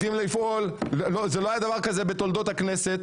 לא היה דבר כזה בתולדות הכנסת,